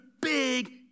big